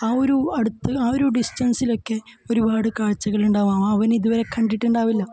ആ ഒരു അടുത്ത് ആ ഒരു ഡിസ്റ്റൻസിലൊക്കെ ഒരുപാട് കാഴ്ചകളുണ്ടാകാം അവനിതുവരെ കണ്ടിട്ടുണ്ടാകില്ല